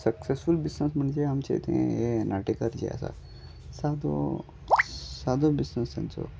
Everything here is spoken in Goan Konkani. सक्सॅसफूल बिझनस म्हणजे आमचे तें हे नाटेकार जे आसा सादो सादो बिझनस तांचो